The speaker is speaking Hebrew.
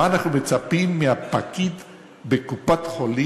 מה אנחנו מצפים מהפקיד בקופת-חולים,